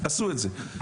עשו את זה.